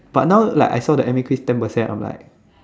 but now like I saw the M a quiz ten percent I'm like